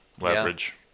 Leverage